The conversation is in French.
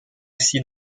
aussi